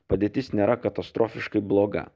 padėtis nėra katastrofiškai bloga